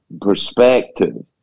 perspective